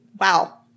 Wow